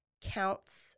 counts